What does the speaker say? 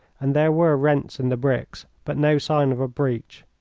and there were rents in the bricks, but no signs of a breach.